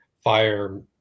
fire